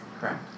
Correct